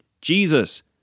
Jesus